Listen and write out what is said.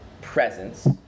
presence